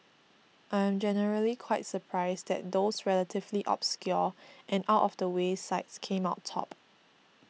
I am generally quite surprised that those relatively obscure and out of the way sites came out top